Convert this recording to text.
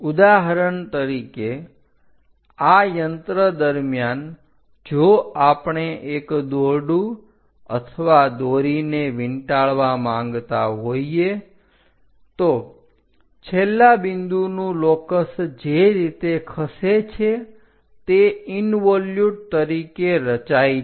ઉદાહરણ તરીકે અ યંત્ર દરમ્યાન જો આપણે એક દોરડું અથવા દોરીને વીંટાળવા માંગતા હોઈએ તો છેલ્લા બિંદુનું લોકસ જે રીતે ખસે છે તે ઇન્વોલ્યુટ તરીકે રચાય છે